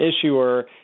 issuer